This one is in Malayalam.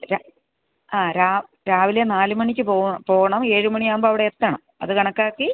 ആ രാവിലെ നാല് മണിക്ക് പോവാൻ പോവണം ഏഴ് മണിയാവുമ്പം അവിടെയെത്തണം അത് കണക്കാക്കി